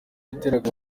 yateraga